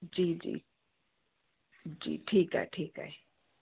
जी जी जी ठीकु आहे ठीकु आहे